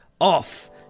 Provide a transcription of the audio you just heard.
off